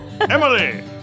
Emily